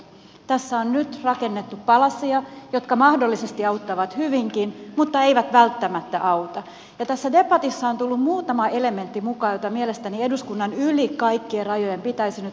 tässä on nyt rakennettu palasia jotka mahdollisesti auttavat hyvinkin mutta eivät välttämättä auta ja tässä debatissa on tullut mukaan muutama elementti joita mielestäni eduskunnan yli kaikkien rajojen pitäisi nyt alkaa seurata